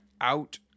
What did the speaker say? out